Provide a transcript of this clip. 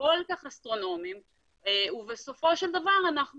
כל כך אסטרונומיים ובסופו של דבר אנחנו